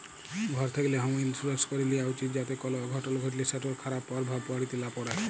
ঘর থ্যাকলে হম ইলসুরেলস ক্যরে লিয়া উচিত যাতে কল অঘটল ঘটলে সেটর খারাপ পরভাব বাড়িতে লা প্যড়ে